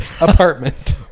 apartment